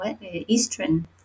Eastern